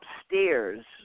upstairs